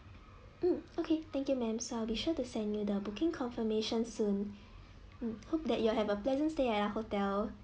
mm okay thank you ma'am so I'll be sure to send you the booking confirmation soon mm hope that you will have a pleasant stay at our hotel